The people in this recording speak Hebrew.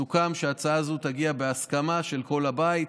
סוכם שההצעה הזו תגיע בהסכמה של כל הבית,